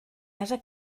ase